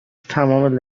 تمام